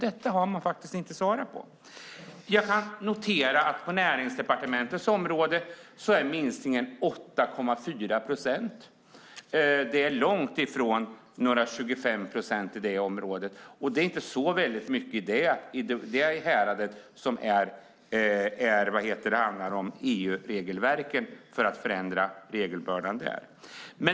Det har man inte svarat på. Jag kan notera att på Näringsdepartementet område är minskningen 8,4 procent. Det är långt ifrån några 25 procent på det området. Det är inte så väldigt mycket i det häradet som handlar om EU-regelverken och att förändra regelbördan där.